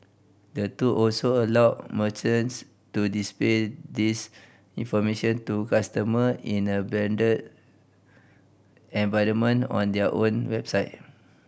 the tool also allows merchants to display this information to customer in a branded environment on their own website